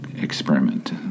experiment